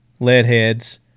Leadheads